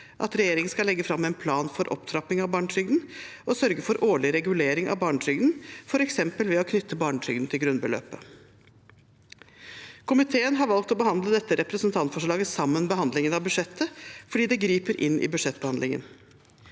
at regjeringen skal legge fram en plan for opptrapping av barnetrygden og sørge for årlig regulering av den, f.eks. ved å knytte barnetrygden til grunnbeløpet. Komiteen har valgt å behandle dette representantforslaget sammen med behandlingen av budsjettet fordi det griper inn i budsjettbehandlingen.